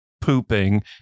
pooping